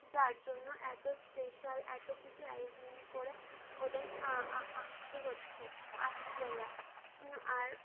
যার জন্য এত স্পেশাল এত কিছু অ্যারেঞ্জমেন্ট করে ওদের আসতে হচ্ছে আসছে ওরা আর